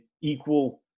equal